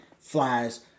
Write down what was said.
flies